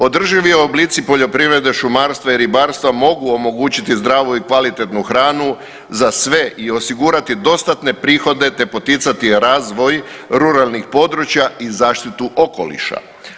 Održivi oblici poljoprivrede, šumarstva i ribarstva mogu omogućiti zdravu i kvalitetnu hranu za sve i osigurati dostatne prihode te poticati razvoj ruralnih područja i zaštitu okoliša.